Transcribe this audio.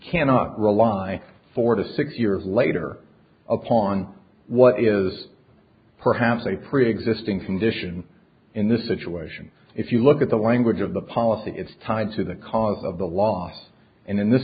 cannot rely four to six years later upon what is perhaps a preexisting condition in this situation if you look at the language of the policy it's tied to the cause of the loss and in this